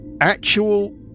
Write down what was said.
actual